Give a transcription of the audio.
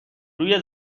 روی